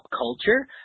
culture